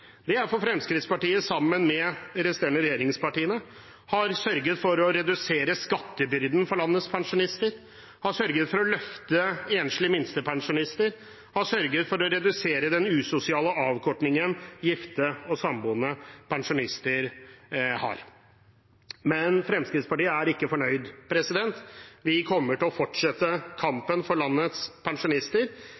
Det er fordi Fremskrittspartiet sammen med de resterende regjeringspartiene har sørget for å redusere skattebyrden for landets pensjonister, sørget for å løfte enslige minstepensjonister og sørget for å redusere den usosiale avkortingen gifte og samboende pensjonister har. Men Fremskrittspartiet er ikke fornøyd. Vi kommer til å fortsette